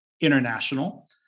International